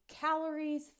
calories